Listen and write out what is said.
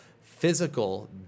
physical